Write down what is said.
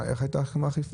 איך הייתה האכיפה?